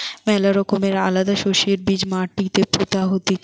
ম্যালা রকমের আলাদা শস্যের বীজ মাটিতে পুতা হতিছে